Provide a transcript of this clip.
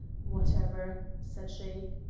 whatever, said she,